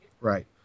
Right